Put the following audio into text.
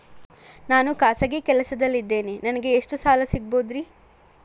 ನಾನು ಖಾಸಗಿ ಕೆಲಸದಲ್ಲಿದ್ದೇನೆ ನನಗೆ ಎಷ್ಟು ಸಾಲ ಸಿಗಬಹುದ್ರಿ?